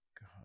God